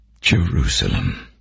Jerusalem